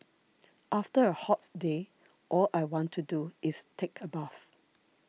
after a hot day all I want to do is take a bath